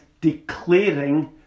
declaring